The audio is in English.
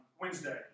Wednesday